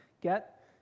Get